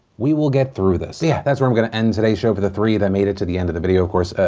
we will get through this. yeah, that's where i'm gonna end today's show for the three that made it to the end of the video. of course,